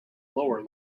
lower